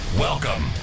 Welcome